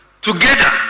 Together